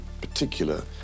particular